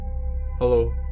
Hello